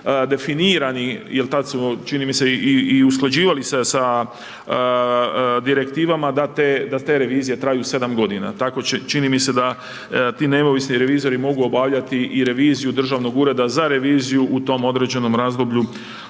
da su oni definirani, jer tada su čini mi se i usklađivali se sa direktivama, da te revizije traju 7 g. Tako čini mi se da ti neovisni revizori mogu obavljati i reviziju Državnog ureda za reviziju u tom određenom razdoblju